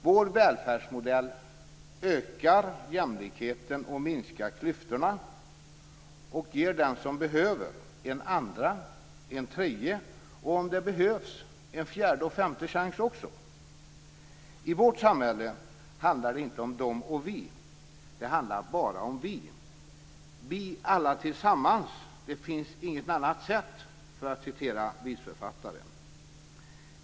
Vår välfärdsmodell ökar jämlikheten och minskar klyftorna och ger den som behöver en andra, en tredje och om det behövs en fjärde och femte chans också. I vårt samhälle handlar det inte om dem och vi. Det handlar bara om "vi". "Vi alla tillsammans, det finns inget annat sätt", för att citera visförfattaren.